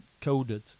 coded